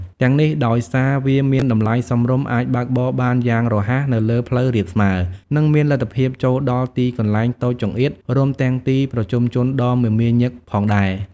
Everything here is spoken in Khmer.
ទាំងនេះ ដោយសារវាមានតម្លៃសមរម្យ អាចបើកបរបានយ៉ាងរហ័សនៅលើផ្លូវរាបស្មើ និងមានលទ្ធភាពចូលដល់ទីកន្លែងតូចចង្អៀត រួមទាំងទីប្រជុំជនដ៏មមាញឹកផងដែរ។